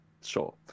sure